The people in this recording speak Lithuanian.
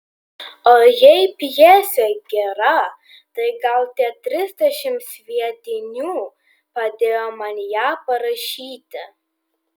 o jei pjesė gera tai gal tie trisdešimt sviedinių padėjo man ją parašyti